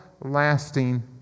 lasting